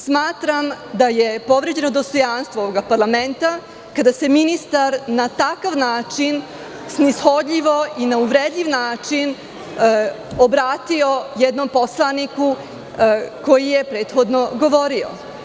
Smatram da je povređeno dostojanstvo ovog parlamenta kada se ministar na takav način snishodljivo i na uvredljiv način obratio jednom narodnom poslaniku koji je prethodno govorio.